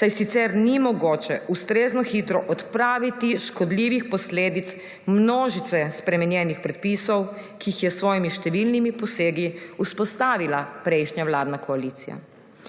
saj sicer ni mogoče ustrezno hitro odpraviti škodljivih posledic množice spremenjenih predpisov, ki jih je s svojimi številnimi posegi vzpostavila prejšnja vladna koalicija.